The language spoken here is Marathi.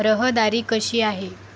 रहदारी कशी आहे